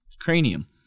cranium